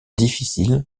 difficile